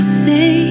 say